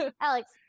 Alex